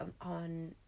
On